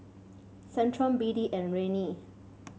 Centrum B D and Rene